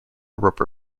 rubber